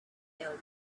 elderly